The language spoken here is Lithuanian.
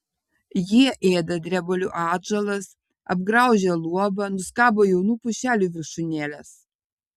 jie ėda drebulių atžalas apgraužia luobą nuskabo jaunų pušelių viršūnėles